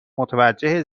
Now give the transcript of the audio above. متوجه